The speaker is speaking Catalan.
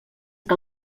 que